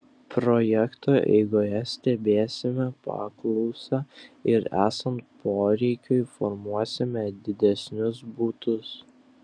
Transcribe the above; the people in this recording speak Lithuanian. projekto eigoje stebėsime paklausą ir esant poreikiui formuosime didesnius butus